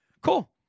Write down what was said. Cool